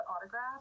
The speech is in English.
autograph